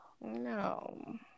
No